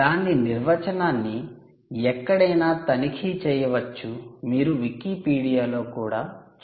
దాని నిర్వచనాన్ని ఎక్కడైనా తనిఖీ చేయవచ్చు మరియు వికీపీడియా లో కూడా చూడవచ్చు